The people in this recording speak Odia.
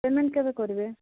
ପେମେଣ୍ଟ୍ କେବେ କରିବେ